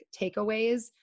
takeaways